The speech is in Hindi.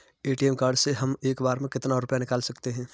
ए.टी.एम कार्ड से हम एक बार में कितना रुपया निकाल सकते हैं?